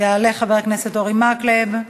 יעלה חבר הכנסת אורי מקלב,